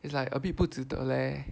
it's like a bit 不值得 leh